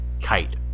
Kite